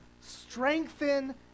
strengthen